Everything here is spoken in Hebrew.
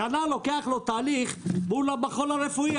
שנה לוקח תהליך מול המכון הרפואי.